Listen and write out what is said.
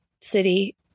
City